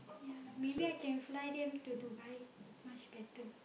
yeah maybe I can fly them to Dubai much better